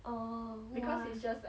orh !wah!